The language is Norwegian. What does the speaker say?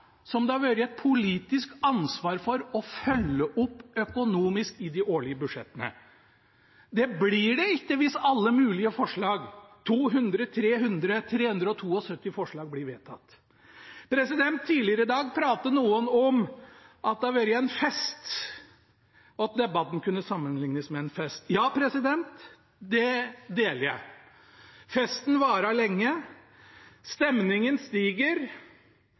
som det har vært et politisk ansvar å følge opp økonomisk i de årlige budsjettene. Det blir det ikke hvis alle mulige forslag – 200, 300, 372 forslag – blir vedtatt. Tidligere i dag pratet noen om at det har vært en fest, at debatten kunne sammenliknes med en fest – ja, det deler jeg. Festen varer lenge, stemningen stiger,